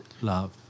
love